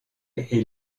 est